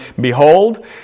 Behold